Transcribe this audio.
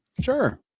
sure